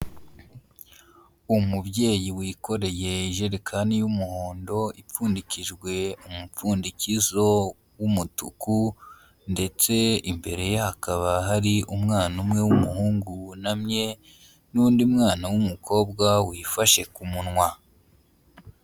Umubyeyi wikoreye ijerekani y'umuhondo ipfundikijwe umupfundikizo w'umutuku ndetse imbere hakaba hari umwana umwe w'umuhungu wunamye n'undi mwana w'umukobwa wifashe ku munwa.